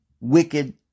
wicked